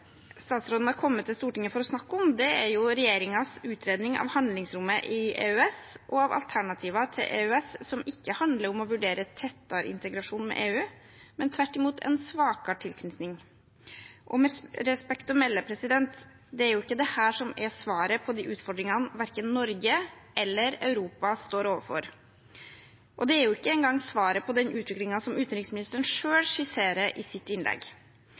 å snakke om, er regjeringens utredning av handlingsrommet i EØS og av alternativer til EØS, som ikke handler om å vurdere tettere integrasjon med EU, men tvert imot en svakere tilknytning. Med respekt å melde: Det er ikke dette som er svaret på de utfordringene verken Norge eller Europa står overfor. Det er ikke engang svaret på den utviklingen som utenriksministeren selv skisserer i sitt innlegg.